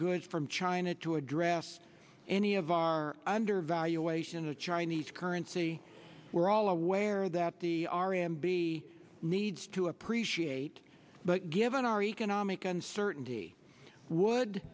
goods from china to address any of our undervaluation a chinese currency we're all aware that the r and b needs to appreciate but given our economic uncertainty would